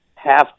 half